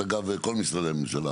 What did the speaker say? אגב, כל משרדי הממשלה